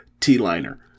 T-liner